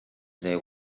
there